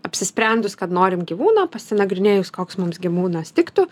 apsisprendus kad norim gyvūną pasinagrinėjus koks mums gyvūnas tiktų